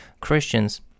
Christians